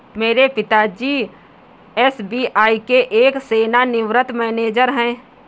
मेरे पिता जी एस.बी.आई के एक सेवानिवृत मैनेजर है